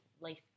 life